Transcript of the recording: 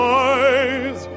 eyes